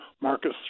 Marcus